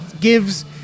gives